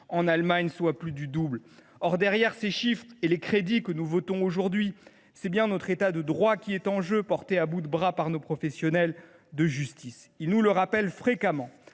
en Allemagne, soit plus du double ! Or, derrière ces chiffres et sous les crédits que nous votons aujourd’hui, c’est bien notre État de droit qui est en jeu, porté à bout de bras par nos professionnels de la justice. Ceux ci nous le rappellent fréquemment,